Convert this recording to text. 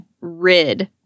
rid